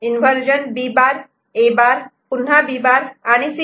inversion B' A' पुन्हा B' आणि C'